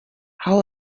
how